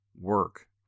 work